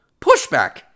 pushback